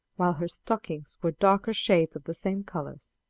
while her stockings were darker shades of the same colors.